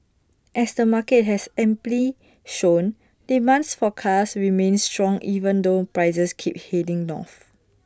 as the market has amply shown demands for cars remains strong even though prices keep heading north